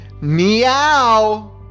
Meow